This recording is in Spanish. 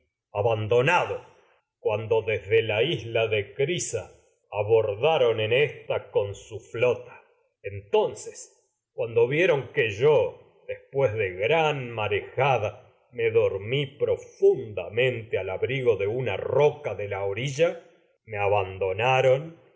sófocles cuando flota desde la isla de crisa abordaron en ésta con su entoncés cuando vieron que yo después de gran me marejada roca dormí me profundamente abandonaron al abrigo de una marcharon de de la orilla y